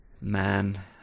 man